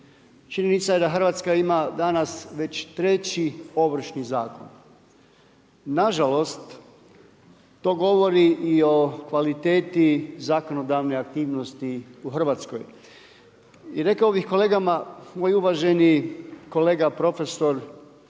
Činjenica je da Hrvatska ima danas već 3 ovršni zakon. Nažalost, to govori i o kvaliteti zakonodavne aktivnosti u Hrvatskoj. I rekao bih kolegama, moj uvaženi kolega, profesor,